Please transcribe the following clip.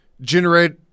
generate